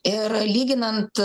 ir lyginant